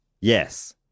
Yes